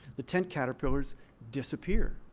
the tent caterpillars disappear,